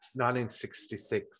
1966